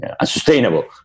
unsustainable